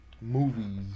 movies